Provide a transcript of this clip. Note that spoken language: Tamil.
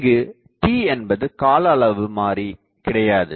இங்கு t என்பது காலஅளவு மாறி கிடையாது